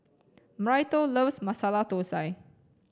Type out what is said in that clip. Myrtle loves Masala Thosai